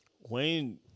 Wayne